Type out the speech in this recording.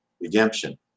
redemption